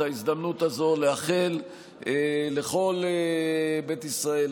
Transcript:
את ההזדמנות הזו לאחל לכל בית ישראל,